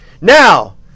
Now